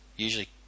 Usually